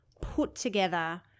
put-together